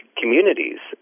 communities